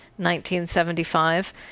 1975